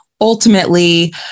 Ultimately